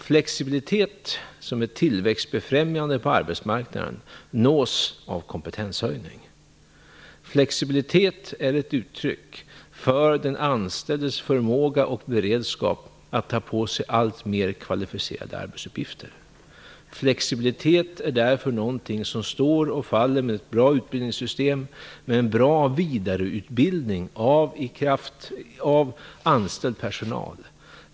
Flexibilitet som är tillväxtbefrämjande på arbetsmarknaden nås av kompetenshöjning. Flexibilitet är ett uttryck för den anställdes förmåga och beredskap att ta på sig alltmer kvalificerade arbetsuppgifter. Flexibilitet är därför någonting som står och faller med ett bra utbildningssystem, med en bra vidareutbildning av anställd personal.